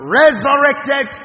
resurrected